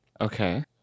Okay